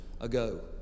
ago